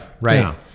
right